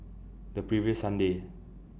The previous Sunday